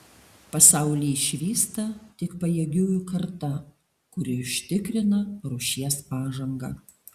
pasaulį išvysta tik pajėgiųjų karta kuri užtikrina rūšies pažangą